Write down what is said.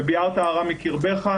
ובערת הרע מקרבך",